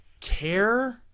care